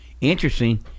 Interesting